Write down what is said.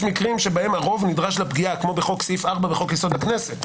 יש מקרים שבהם הרוב נדרש לפגיעה כמו סעיף 4 בחוק יסוד: הכנסת.